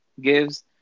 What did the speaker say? gives